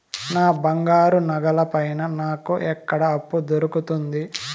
నా బంగారు నగల పైన నాకు ఎక్కడ అప్పు దొరుకుతుంది